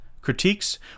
critiques